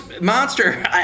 monster